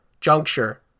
juncture